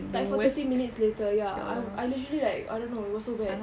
like for thirty minutes later ya I I literally like I don't know it was so bad